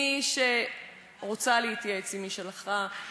מי שרוצה להתייעץ עם איש הלכה,